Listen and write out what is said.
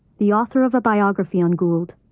the author of a biography on gould,